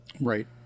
Right